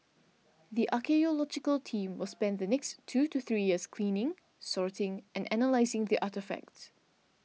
the archaeological team will spend the next two to three years cleaning sorting and analysing the artefacts